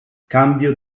cambio